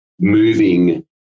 moving